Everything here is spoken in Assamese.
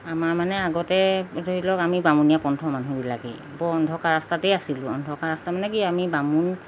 আমাৰ মানে আগতে ধৰি লওক আমি বামুণীয়া পন্থ মানুহবিলাকেই অন্ধকাৰ ৰাস্তাতেই আছিলোঁ অন্ধকাৰ ৰাস্তা মানে কি আমি বামুণ